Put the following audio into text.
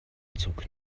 zug